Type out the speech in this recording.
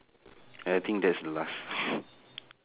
I think that's the last